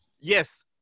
yes